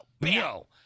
No